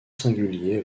singulier